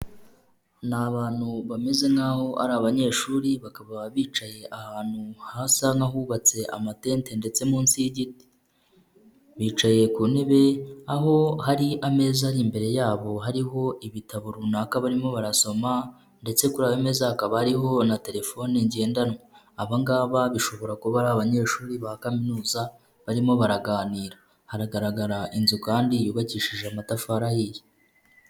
Ni abantu bameze nk'aho ari abanyeshuri. Bakaba bicaye ahantu hasa nk'ahubatse amatente ndetse munsi y'igiti. Bicaye ku ntebe aho hari ameza ari imbere yabo hariho ibitabo runaka barimo barasoma ndetse kuriyo meza ha akaba ariho na telefoni ngendanwa. Aba ngaba bashobora kuba ari abanyeshuri ba kaminuza, barimo baraganira. Hagaragara inzu kandi yubakishije amatafari ahiye.